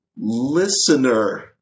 listener